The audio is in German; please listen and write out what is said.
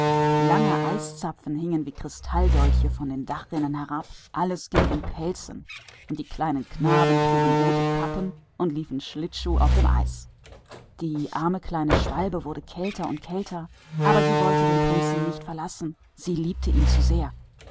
lange eiszapfen wie kristallene dolche hingen von den dachrinnen herunter alles ging in dicken pelzen aus und die kleinen jungen trugen dicke rote mützen und liefen auf dem eise dem armen kleinen schwälberich wurde kälter und kälter aber er wollte den prinzen nicht verlassen denn er liebte ihn